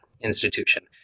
institution